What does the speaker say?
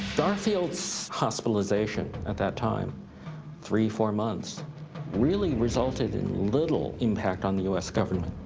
garfield's hospitalization at that time three, four months really resulted in little impact on the u s. government.